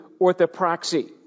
orthopraxy